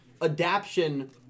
adaption